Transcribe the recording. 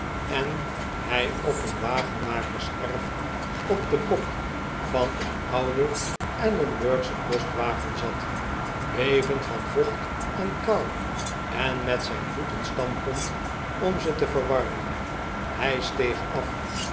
en hij op een wagenmakerserf op den bok van een ouden edinburgschen postwagen zat bevend van vocht en kou en met zijn voeten stampend om ze te verwarmen hij steeg af